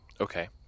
Okay